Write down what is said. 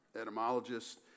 etymologist